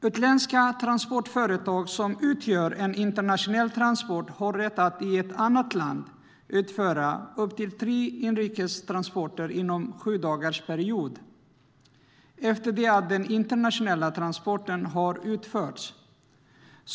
Utländska transportföretag som utför en internationell transport har rätt att i ett annat land utföra upp till tre inrikestransporter inom en sjudagarsperiod efter det att den internationella transporten utförts.